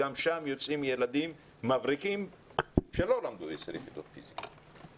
גם שם יוצאים ילדים מבריקים שלא למדו עשר יחידות פיזיקה.